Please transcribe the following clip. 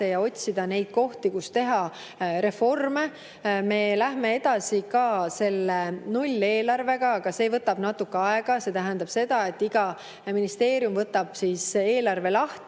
ja otsida neid kohti, kus teha reforme. Me lähme edasi ka selle nulleelarvega, aga see võtab natuke aega. See tähendab seda, et iga ministeerium võtab eelarve lahti